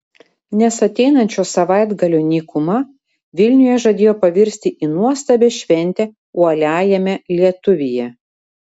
nes ateinančio savaitgalio nykuma vilniuje žadėjo pavirsti į nuostabią šventę uoliajame lietuvyje